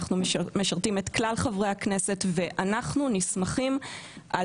אנחנו משרתים את כלל חברי הכנסת ואנחנו נסמכים על